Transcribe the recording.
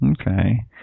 Okay